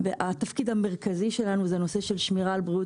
התפקיד המרכזי שלנו זה הנושא של שמירה על בריאות